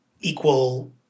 equal